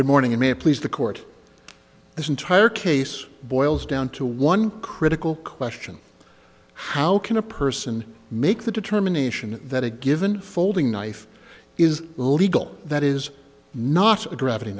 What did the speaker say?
good morning it may please the court this entire case boils down to one critical question how can a person make the determination that a given folding knife is legal that is not a gra